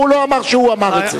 הוא לא אמר שהוא אמר את זה.